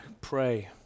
pray